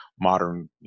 modern